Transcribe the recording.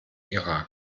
irak